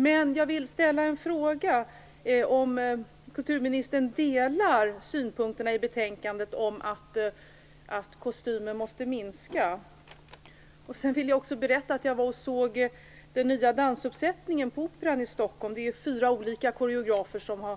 Men jag vill ställa en fråga till kulturministern. Delar kulturministern synpunkterna i betänkandet om att kostymen måste minskas? Jag vill också berätta att jag såg den nya dansuppsättningen på Operan i Stockholm. Det är fyra olika koreografer som